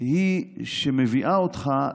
היא שמביאה אותך,